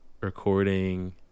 recording